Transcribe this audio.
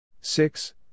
Six